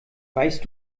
weißt